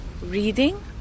Reading